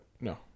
No